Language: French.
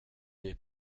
n’es